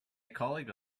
colleague